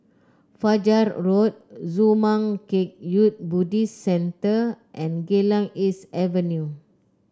Fajar Road Zurmang Kagyud Buddhist Centre and Geylang East Avenue